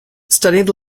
studied